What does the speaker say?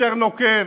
יותר נוקב,